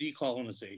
decolonization